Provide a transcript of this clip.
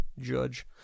judge